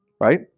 right